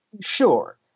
Sure